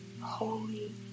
holy